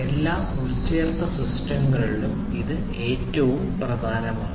എല്ലാ ഉൾച്ചേർത്ത സിസ്റ്റങ്ങളിലും ഇത് ഏറ്റവും പ്രധാനമാണ്